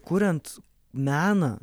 kuriant meną